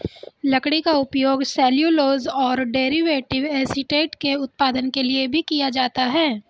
लकड़ी का उपयोग सेल्यूलोज और डेरिवेटिव एसीटेट के उत्पादन के लिए भी किया जाता है